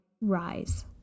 rise